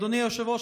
אדוני היושב-ראש,